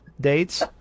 dates